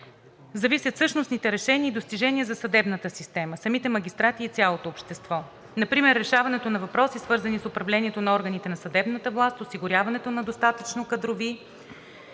зависят същностните решения и достижения за съдебната система, самите магистрати и цялото общество. Например решаването на въпроси, свързани с управлението на органите на съдебната власт; осигуряването на достатъчно кадрови,